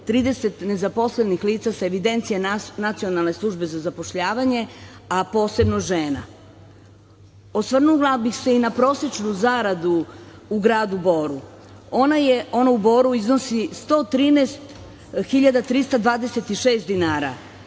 30 nezaposlenih lica sa evidencije Nacionalne službe za zapošljavanje, a posebno žena. Osvrnula bih se i na prosečnu zaradu u gradu Boru. Ona u Boru iznosu 113.326 dinara.